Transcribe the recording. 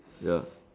ya